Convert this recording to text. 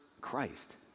Christ